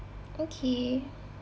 okay